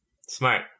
Smart